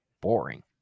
boring